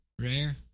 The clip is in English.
rare